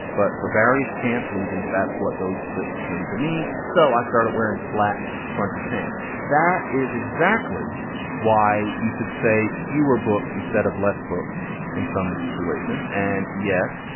but for various chance reasons, that's what those slits came to mean, so i started wearing flat-fronted pants that is exactly why you should say fewer books instead of less books in some situations and, yes,